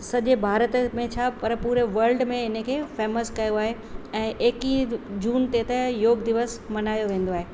सॼे भारत में छा पर पूरे व्लड में इन खे फेमस कयो आहे ऐं एकवीह जून ते त योग दिवस मल्हायो वेंदो आहे